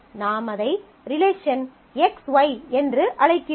நாம் அதை relation XY என்று அழைக்கிறோம்